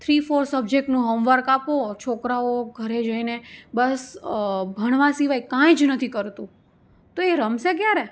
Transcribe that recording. three four સબ્જેક્ટનું homework આપો છોકરાઓ ઘરે જઈને બસ ભણવા સિવાય કાંઈ જ નથી કરતું તો એ રમશે ક્યારે